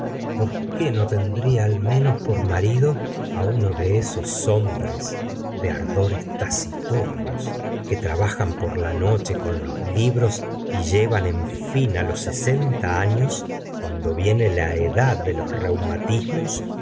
por que no tendría al menos por marido á uno de esos hombres de ardores taciturnos que trabajan por la noche con los libros y llevan en fin los sesenta arios cuando viene la edad de los